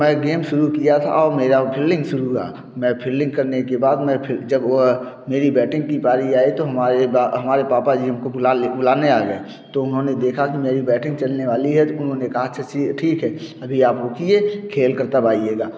मैं गेम शुरू किया था और मेरा फील्डिंग शुरू हुआ मैं फील्डिंग करने के बाद मैं फिर जब वह मेरी बैटिंग की बारी आई तो हमारे हमारे पापा जी हमको बुला बुलाने आ गए तो उन्होंने देखा कि मेरी बैटिंग चलने वाली है तो उन्होंने कहा अच्छे अच्छी ठीक है अभी आप रुकिए खेल कर तब आइएगा